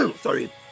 sorry